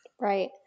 Right